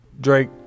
Drake